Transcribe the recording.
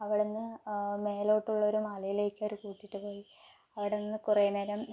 അവിടെ നിന്ന് മേലോട്ടുള്ളൊരു മലയിലേക്ക് അവർ കൂട്ടിയിട്ട് പോയി അവിടെ നിന്ന് കുറേ നേരം